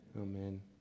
Amen